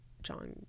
John